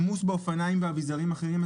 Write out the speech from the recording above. יהיה עמוס באופניים ובאביזרים אחרים,